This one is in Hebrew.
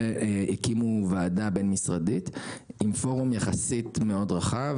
והקימו ועדה בין-משרדית עם פורום מאוד רחב,